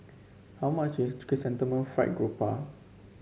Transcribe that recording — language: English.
how much is Chrysanthemum Fried Garoupa